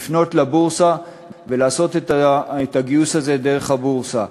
לפנות לבורסה ולעשות את הגיוס הזה דרך הבורסה.